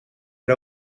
era